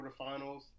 quarterfinals